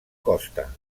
costa